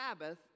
Sabbath